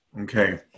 Okay